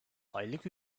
aylık